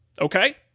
Okay